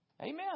Amen